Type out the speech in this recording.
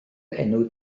enw